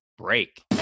Break